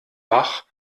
bach